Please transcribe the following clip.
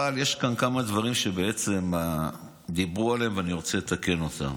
אבל יש כאן כמה דברים שדיברו עליהם ואני רוצה לתקן אותם,